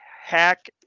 hack